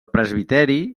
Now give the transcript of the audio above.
presbiteri